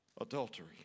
adultery